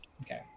Okay